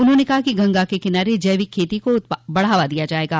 उन्होंने कहा कि गंगा के किनारे जैविक खेती को बढ़ावा दिया जायेगा